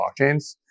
blockchains